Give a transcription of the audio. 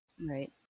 Right